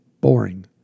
boring